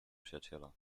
przyjaciela